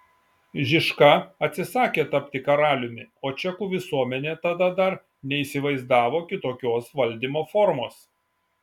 žižka atsisakė tapti karaliumi o čekų visuomenė tada dar neįsivaizdavo kitokios valdymo formos